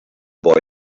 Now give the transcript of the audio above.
boy